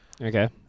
Okay